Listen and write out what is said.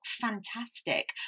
fantastic